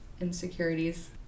insecurities